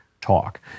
talk